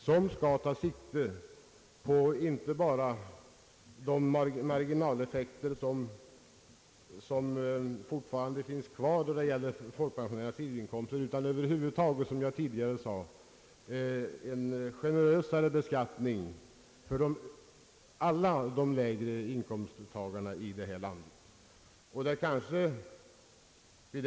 Reformen skall alltså inte ta sikte enbart på de marginaleffekter som alltjämt består då det gäller folkpensionärernas sidoinkomster utan, som jag tidigare sade, också på en generösare beskattning för alla lägre inkomsttagare i detta land.